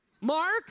Mark